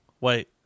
Wait